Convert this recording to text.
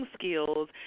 skills